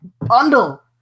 bundle